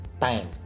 time